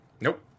Nope